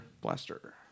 blaster